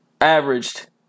averaged